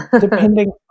Depending